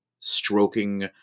stroking